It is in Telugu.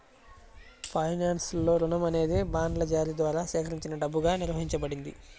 ఫైనాన్స్లో, రుణం అనేది బాండ్ల జారీ ద్వారా సేకరించిన డబ్బుగా నిర్వచించబడింది